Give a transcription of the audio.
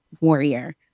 Warrior